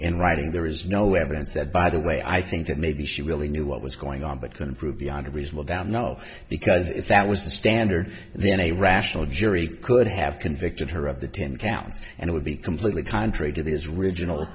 in writing there is no evidence that by the way i think that maybe she really knew what was going on but couldn't prove beyond a reasonable doubt no because if that was the standard then a rational jury could have convicted her of the ten counts and it would be completely contrary to this region